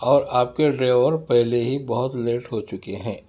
اور آپ کے ڈرائیور پہلے ہی بہت لیٹ ہو چکے ہیں